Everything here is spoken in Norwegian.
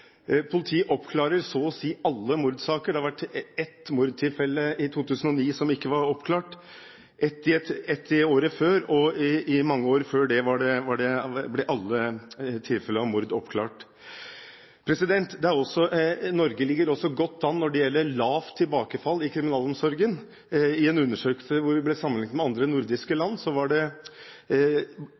Politiet oppklarer så å si alle mordsaker. Det var ett mordtilfelle i 2009 som ikke ble oppklart, ett i året før, og i mange år før det ble alle tilfeller av mord oppklart. Norge ligger også godt an når det gjelder lavt tilbakefall i kriminalomsorgen. En undersøkelse hvor vi ble sammenlignet med andre nordiske land,